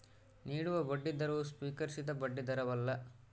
ನೀಡುವ ಬಡ್ಡಿದರವು ಸ್ವೀಕರಿಸಿದ ಬಡ್ಡಿದರವಲ್ಲ